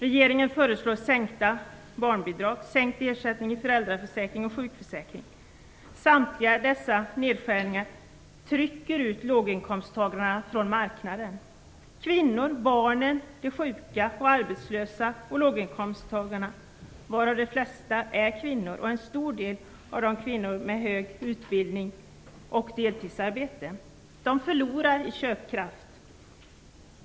Regeringen föreslår sänkningar av barnbidragen och av ersättningarna i föräldraförsäkring och sjukförsäkring. Samtliga dessa nedskärningar trycker ut låginkomsttagarna från marknaden. Kvinnorna, barnen, de sjuka, de arbetslösa och låginkomsttagarna, varav de flesta är kvinnor, till stor del kvinnor med hög utbildning och deltidsarbete, förlorar i köpkraft.